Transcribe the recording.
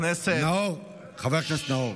נאור, חבר הכנסת נאור,